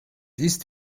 ist